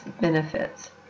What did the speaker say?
benefits